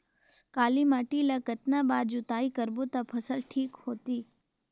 काली माटी ला कतना बार जुताई करबो ता फसल ठीक होती?